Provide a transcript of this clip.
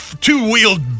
two-wheeled